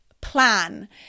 plan